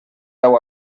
deu